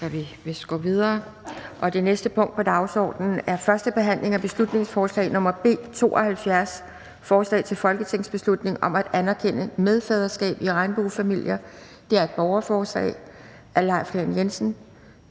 Det næste punkt på dagsordenen er: 9) 1. behandling af beslutningsforslag nr. B 72: Forslag til folketingsbeslutning om at anerkende medfaderskab i regnbuefamilier (borgerforslag). Af Leif Lahn Jensen